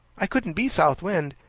i couldn't be south wind.